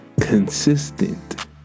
consistent